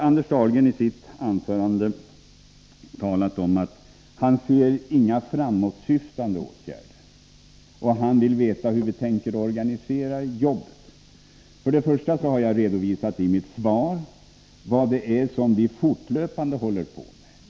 Anders Dahlgren har i sitt anförande talat om att han inte ser några framåtsyftande åtgärder och att han vill veta hur vi tänker organisera jobbet. Till att börja med har jag i mitt svar redogjort för vad det är som vi fortlöpande håller på med.